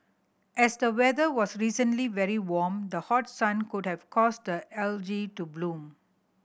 as the weather was recently very warm the hot sun could have caused the algae to bloom